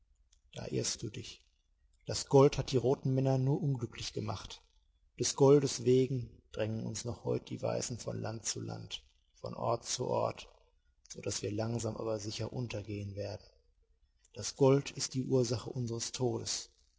da irrst du dich das gold hat die roten männer nur unglücklich gemacht des goldes wegen drängen uns noch heut die weißen von land zu land von ort zu ort so daß wir langsam aber sicher untergehen werden das gold ist die ursache unsers todes